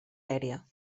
aèria